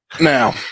Now